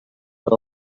per